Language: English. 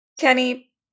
Kenny